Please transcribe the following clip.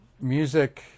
music